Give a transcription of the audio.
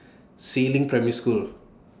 Si Ling Primary School